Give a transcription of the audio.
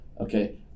Okay